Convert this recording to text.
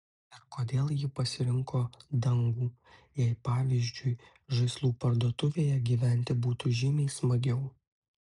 ir kodėl ji pasirinko dangų jei pavyzdžiui žaislų parduotuvėje gyventi būtų žymiai smagiau